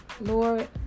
Lord